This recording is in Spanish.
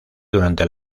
durante